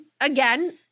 again